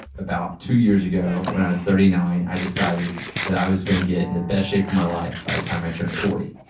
about two years ago when i was thirty nine, i decided that i was going to get in the best shape of my life by the time i turned forty,